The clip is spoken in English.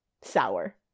sour